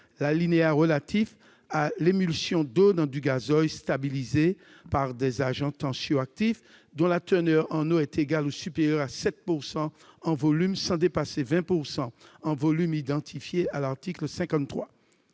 l'alinéa relatif à l'« émulsion d'eau dans du gazole stabilisée par des agents tensio-actifs, dont la teneur en eau est égale ou supérieure à 7 % en volume sans dépasser 20 % en volume » identifié à l'indice 53.